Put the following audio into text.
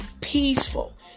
peaceful